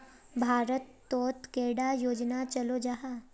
भारत तोत कैडा योजना चलो जाहा?